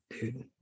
dude